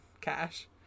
cash